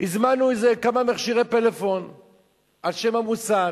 הזמנו כמה מכשירי פלאפון על שם המוסד.